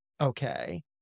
okay